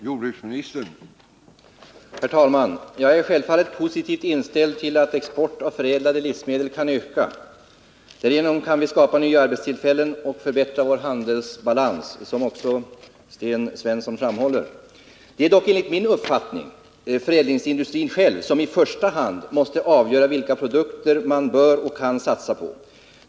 Herr talman! Jag är självfallet positivt inställd till att exporten av förädlade livsmedel kan öka. Därigenom kan vi skapa nya arbetstillfällen och förbättra vår handelsbalans, som också Sten Svensson framhåller. Det är dock enligt min uppfattning förädlingsindustrin själv som i första hand måste avgöra vilka produkter den bör och kan satsa på.